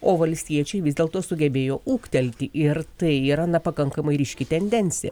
o valstiečiai vis dėlto sugebėjo ūgtelti ir tai yra na pakankamai ryški tendencija